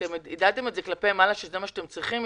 יידעתם כלפי מעלה שזה מה שאתם צריכים?